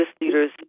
leaders